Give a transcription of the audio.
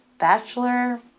Bachelor